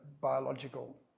biological